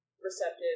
receptive